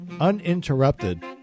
Uninterrupted